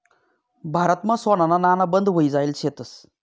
भारतमा सोनाना नाणा बंद व्हयी जायेल शेतंस